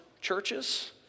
churches